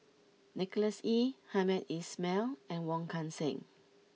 Nicholas Ee Hamed Ismail and Wong Kan Seng